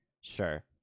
sure